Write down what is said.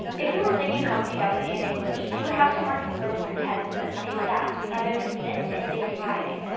if you were singing humpty dumpty in english, you would have to mark the verb for tense and say sat rather than sit. to indicate timing.